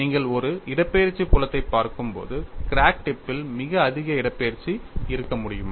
நீங்கள் ஒரு இடப்பெயர்ச்சி புலத்தைப் பார்க்கும்போது கிராக் டிப் பில் மிக அதிக இடப்பெயர்ச்சி இருக்க முடியுமா